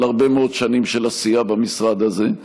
על הרבה מאוד שנים של עשייה במשרד הזה,